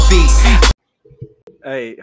Hey